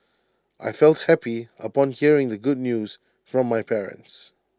I felt happy upon hearing the good news from my parents